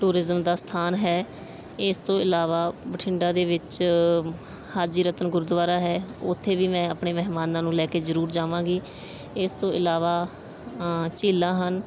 tourism ਦਾ ਸਥਾਨ ਹੈ ਇਸ ਤੋਂ ਇਲਾਵਾ ਬਠਿੰਡਾ ਦੇ ਵਿੱਚ ਹਾਜੀ ਰਤਨ ਗੁਰਦੁਆਰਾ ਹੈ ਉੱਥੇ ਵੀ ਮੈਂ ਆਪਣੇ ਮਹਿਮਾਨਾਂ ਨੂੰ ਲੈ ਕੇ ਜ਼ਰੂਰ ਜਾਵਾਂਗੀ ਇਸ ਤੋਂ ਇਲਾਵਾ ਝੀਲਾਂ ਹਨ